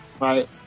right